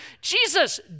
Jesus